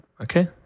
Okay